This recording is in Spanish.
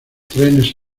trenes